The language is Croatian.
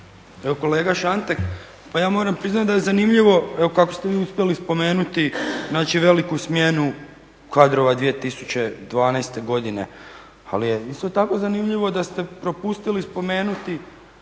Kolega Šantek, pa ja moram priznat da je zanimljivo kako ste vi uspjeli spomenuti znači veliku smjenu kadrova 2012. godine, ali je isto tako zanimljivo da ste propustili spomenuti